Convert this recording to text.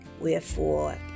Wherefore